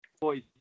Boys